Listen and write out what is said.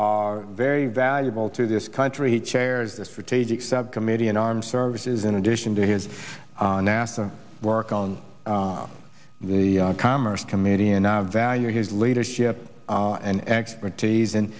are very valuable to this country he chairs the strategic subcommittee in armed services in addition to his nasa work on the commerce committee and i value his leadership and expertise and